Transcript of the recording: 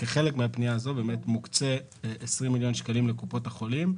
כחלק מהפנייה הזאת מוקצים 20 מיליון שקלים לקופות החולים,